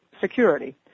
Security